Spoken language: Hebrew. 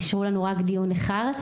אישרו לנו רק דיון אחד,